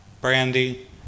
Brandy